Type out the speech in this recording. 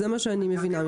זה מה שאני מבינה ממך.